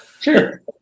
Sure